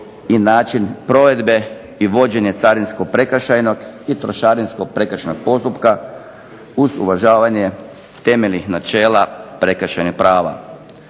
i način provedbe i vođenje carinsko-prekršajnog i trošarinsko prekršajnog postupka uz uvažavanje temeljnih načela prekršajnog prava.